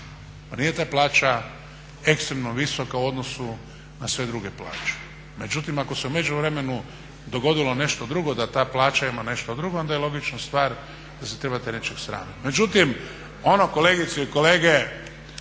Pa nije ta plaća ekstremno visoka u odnosu na sve druge plaće. Međutim, ako se u međuvremenu dogodilo nešto drugo da ta plaća ima nešto drugo onda je logična stvar da se trebate nečeg sramit.